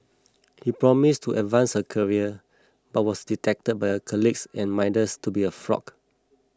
he promised to advance her career but was detected by her colleagues and minders to be a fraud